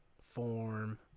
form